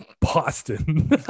Boston